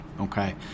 Okay